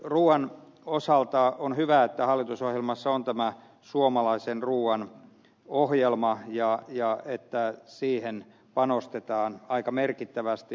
ruuan osalta on hyvä että hallitusohjelmassa on suomalaisen ruuan ohjelma ja että siihen panostetaan aika merkittävästi